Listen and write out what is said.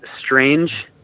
strange